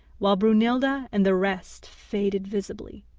while brunhilda and the rest faded visibly.